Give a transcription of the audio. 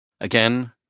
again